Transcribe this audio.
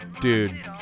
Dude